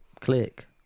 click